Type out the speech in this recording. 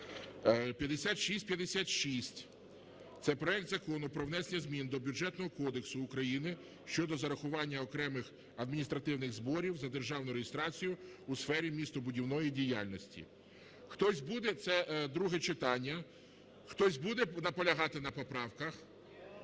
5656. Це проект Закону про внесення змін до Бюджетного кодексу України щодо зарахування окремих адміністративних зборів за державну реєстрацію у сфері містобудівної діяльності. Хтось буде, це друге читання, хтось буде наполягати на поправках?